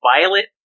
Violet